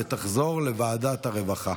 ותחזור לוועדת הרווחה.